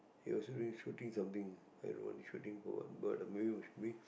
he also doing shooting something i don't know what he shooting for what but I'm will we